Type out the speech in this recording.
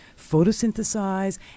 photosynthesize